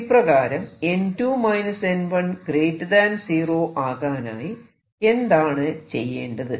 ഇപ്രകാരം 0 ആകാനായി എന്താണ് ചെയ്യേണ്ടത്